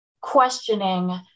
questioning